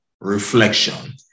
reflection